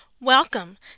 Welcome